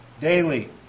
daily